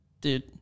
dude